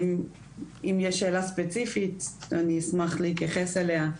אם יש שאלה ספציפית אני אשמח להתייחס אליה.